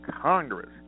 Congress